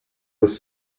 was